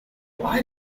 why